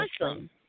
awesome